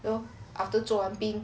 you know after 做完兵